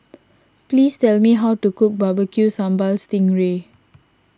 please tell me how to cook Barbecue Sambal Sting Ray